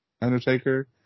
Undertaker